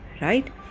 right